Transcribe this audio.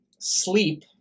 sleep